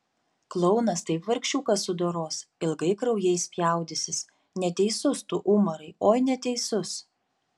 klounas taip vargšiuką sudoros ilgai kraujais spjaudysis neteisus tu umarai oi neteisus